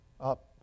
up